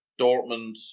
Dortmund